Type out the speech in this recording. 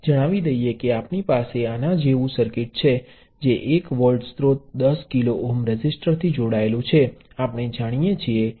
હવે પહેલાની જેમ તમે તેનો ઉપયોગ સર્કિટમાં કરો છો તેથી હું પ્ર્વાહ નિયંત્રિત વોલ્ટેજ સ્ત્રોત સાથે કરેલું તે જ સર્કિટ ઉદાહરણ લઈશ